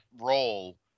role